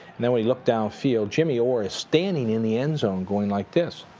then when he looked downfield, jimmy orr is standing in the end zone, going like this.